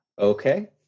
Okay